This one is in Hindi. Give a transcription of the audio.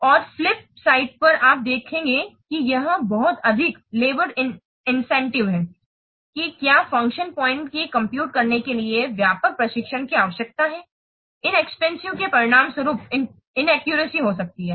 और फ्लिप साइड पर आप देखेंगे कि यह बहुत अधिक लेबर इंसेंटिव है कि क्या फ़ंक्शन पॉइंट की कंप्यूट करने के लिए व्यापक प्रशिक्षण की आवश्यकता है इनएक्सपेरिएन्स के परिणामस्वरूप इनक्कुरकी हो सकती है